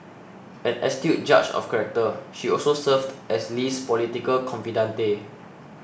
an astute judge of character she also served as Lee's political confidante